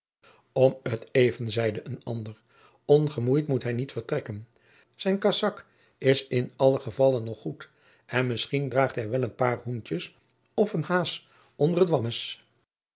om t even zeide een ander ongemoeid moet hij niet vertrekken zijn kasak is in allen gevalle nog goed en misschien draagt hij wel een paar hoentjes of een haas onder t wammes